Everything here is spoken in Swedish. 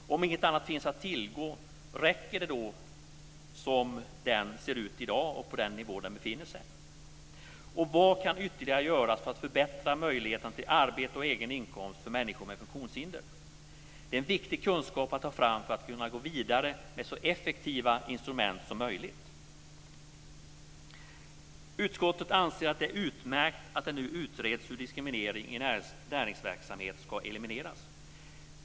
Och om inget annat finns att tillgå - räcker då den nuvarande nivån? Vad kan ytterligare göras för att förbättra möjligheterna till arbete och egen inkomst för människor med funktionshinder? Det är en viktig kunskap att ta fram för att kunna gå vidare med så effektiva instrument som möjligt. Utskottet anser att det är utmärkt att det nu utreds hur diskriminering i näringsverksamhet ska elimineras.